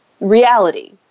reality